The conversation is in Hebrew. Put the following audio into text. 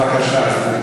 בבקשה.